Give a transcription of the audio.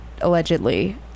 allegedly